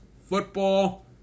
football